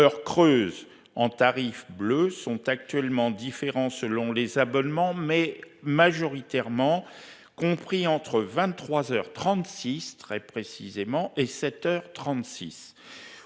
les horaires 10h creuses en tarif bleu sont actuellement différents selon les abonnements mais majoritairement. Compris entre 23h 36 très précisément et 7h 36.